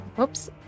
Oops